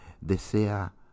desea